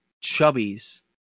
chubby's